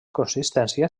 consistència